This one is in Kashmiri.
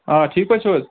آ ٹھیٖک پٲٹھۍ چھِو حظ